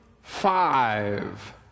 five